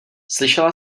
slyšela